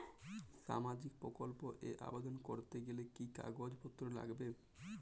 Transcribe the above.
সামাজিক প্রকল্প এ আবেদন করতে গেলে কি কাগজ পত্র লাগবে?